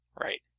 Right